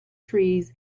trees